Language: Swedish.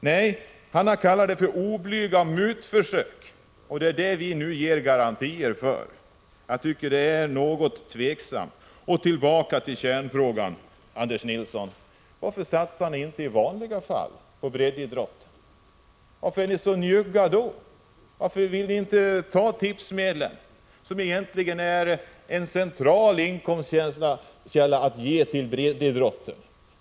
Nej, i skrivelsen kallas det för oblyga mutförsök, och det är detta vi nu ger garantier för. Jag tycker det är något tveksamt. Men tillbaka till kärnfrågan, Anders Nilsson. Varför satsar ni inte i vanliga fall på breddidrotten, varför är ni så njugga då? Varför vill ni inte ta tipsmedlen, som egentligen är en central inkomstkälla, och ge till breddidrotten?